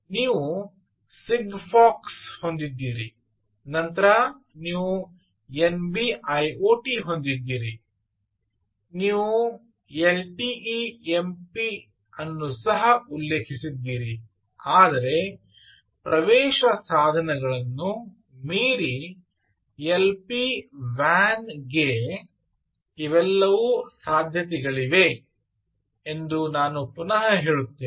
ನೀವು ಸಿಗ್ಫಾಕ್ಸ್ ಹೊಂದಿದ್ದೀರಿ ನಂತರ ನೀವು ಎನ್ಬಿ ಐಒಟಿ ಹೊಂದಿದ್ದೀರಿ ನೀವು ಎಲ್ಟಿಇ ಎಂ ಪಿ ಅನ್ನು ಸಹ ಉಲ್ಲೇಖಿಸಿದ್ದೀರಿ ಆದರೆ ಪ್ರವೇಶ ಸಾಧನಗಳನ್ನು ಮೀರಿ LP ವಾನ್ಗೆ ಇವೆಲ್ಲವೂ ಸಾಧ್ಯತೆಗಳಿವೆ ಎಂದು ನಾನು ಪುನಃ ಹೇಳುತ್ತೇನೆ